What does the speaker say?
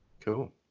cool